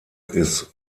ist